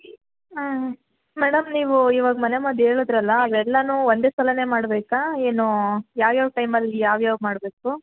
ಆಂ madam ನೀವು ಇವಾಗ ಮನೆಮದ್ದು ಹೇಳದ್ರಲ ಅವೆಲ್ಲನೂ ಒಂದೇ ಸಲನೇ ಮಾಡಬೇಕ ಏನು ಯಾವ್ಯಾವ ಟೈಮಲ್ಲಿ ಯಾವ್ಯಾವು ಮಾಡಬೇಕು